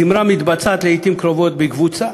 זמרה מתבצעת לעתים קרובות בקבוצה,